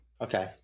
Okay